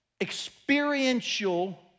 experiential